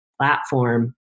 platform